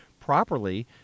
properly